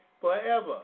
forever